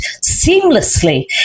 seamlessly